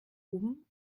oben